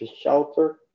shelter